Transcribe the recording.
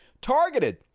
targeted